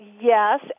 Yes